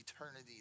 eternity